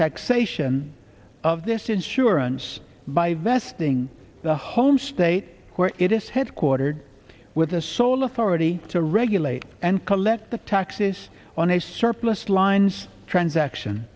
taxation of this insurance by vesting the home state where it is headquartered with the sole authority to regulate and collect the taxes on a surplus line's transaction